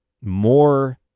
more